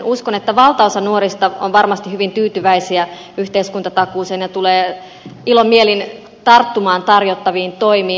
uskon että valtaosa nuorista on varmasti hyvin tyytyväinen yhteiskuntatakuuseen ja tulee ilomielin tarttumaan tarjottaviin toimiin